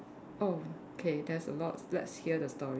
oh okay that's a lot let's hear the story